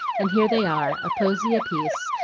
and here they are, a posy apiece,